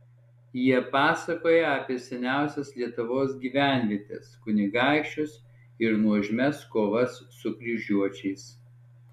jie pasakoja apie seniausias lietuvos gyvenvietes kunigaikščius ir nuožmias kovas su kryžiuočiais